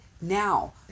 now